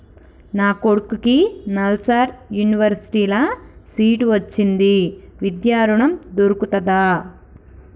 నా కొడుకుకి నల్సార్ యూనివర్సిటీ ల సీట్ వచ్చింది విద్య ఋణం దొర్కుతదా?